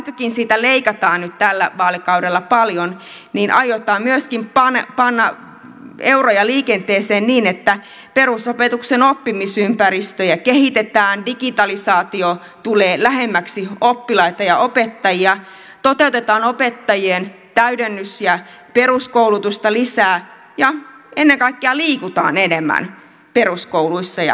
vaikkakin siitä leikataan nyt tällä vaalikaudella paljon niin aiotaan myöskin panna euroja liikenteeseen niin että perusopetuksen oppimisympäristöjä kehitetään digitalisaatio tulee lähemmäksi oppilaita ja opettajia toteutetaan opettajien täydennys ja peruskoulutusta lisää ja ennen kaikkea liikutaan enemmän peruskouluissa ja muuallakin